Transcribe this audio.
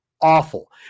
awful